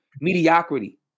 mediocrity